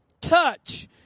Touch